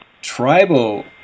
tribal